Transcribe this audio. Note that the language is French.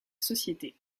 société